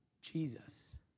Jesus